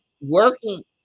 working